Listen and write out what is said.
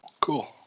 Cool